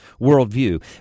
worldview